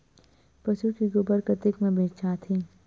पशु के गोबर कतेक म बेचाथे?